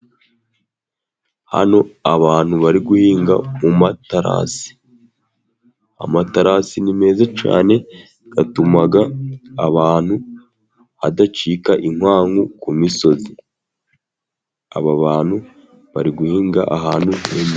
Hano abantu bari guhinga mu matarasi. Amatarasi ni meza cyane, atuma abantu hadacika inkangu ku misozi. Aba bantu bari guhinga ahantu .